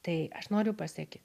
tai aš noriu pasakyt